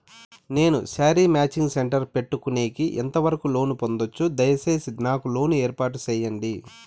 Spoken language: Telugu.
నేను శారీ మాచింగ్ సెంటర్ పెట్టుకునేకి ఎంత వరకు లోను పొందొచ్చు? దయసేసి నాకు లోను ఏర్పాటు సేయండి?